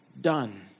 done